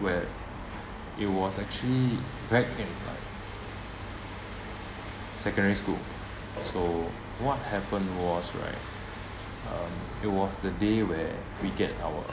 where it was actually back in like secondary school so what happen was right um it was the day where we get our